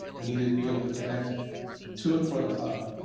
we needed to be able to connect to and from the cloud